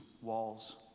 walls